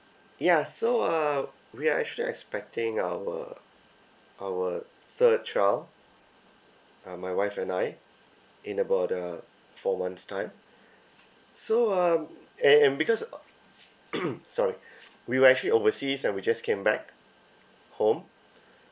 ya so uh we are actually expecting our our third child uh my wife and I in about uh four months' time so um a~ and because sorry we were actually overseas and we just came back home